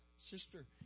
Sister